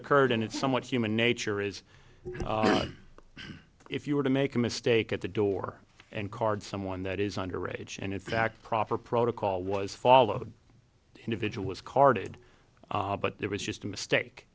occurred and it's somewhat human nature is if you were to make a mistake at the door and card someone that is under age and in fact proper protocol was followed the individual was carted but there was just a mistake